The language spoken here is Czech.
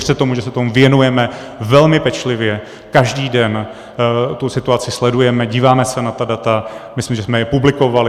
Věřte tomu, že se tomu věnujeme velmi pečlivě, každý den situaci sledujeme, díváme se na ta data, myslím, že jsme je publikovali.